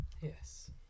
Yes